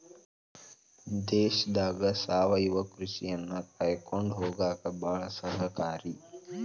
ದೇಶದಾಗ ಸಾವಯವ ಕೃಷಿಯನ್ನಾ ಕಾಕೊಂಡ ಹೊಗಾಕ ಬಾಳ ಸಹಕಾರಿ